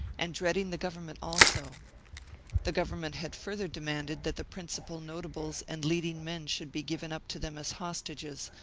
and dreading the government also the government had further demanded that the principal notables and lea'ding men should be given up to them as hostages,